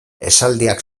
esaldiak